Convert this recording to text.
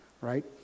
right